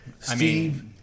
Steve